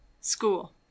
School